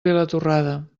vilatorrada